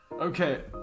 Okay